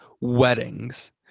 weddings